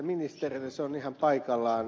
se on ihan paikallaan